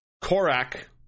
Korak